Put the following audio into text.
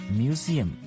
museum